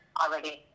already